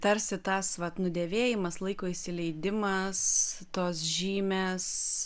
tarsi tas vat nudėvėjimas laiko įsileidimas tos žymės